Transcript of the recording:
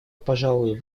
пожалуй